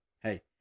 hey